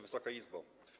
Wysoka Izbo!